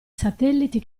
satelliti